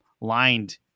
lined